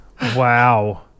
Wow